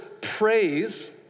praise